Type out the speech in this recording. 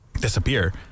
disappear